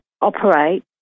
operate